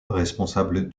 responsable